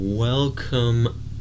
Welcome